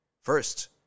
first